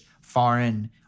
foreign